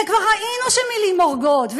וכבר ראינו שמילים הורגות,